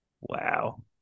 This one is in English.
wow